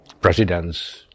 presidents